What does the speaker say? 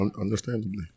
understandably